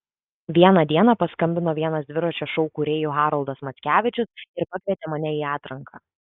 vieną dieną paskambino vienas dviračio šou kūrėjų haroldas mackevičius ir pakvietė mane į atranką